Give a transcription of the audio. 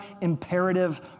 imperative